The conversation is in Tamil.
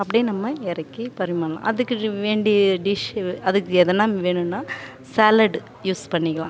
அப்டேயே நம்ம இறக்கி பரிமாறலாம் அதுக்கு ரி வேண்டிய டிஷ்ஷு அதுக்கு எதனா வேணும்னா சேலட் யூஸ் பண்ணிக்கலாம்